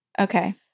Okay